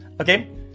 Okay